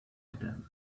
them